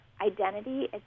identity